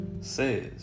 says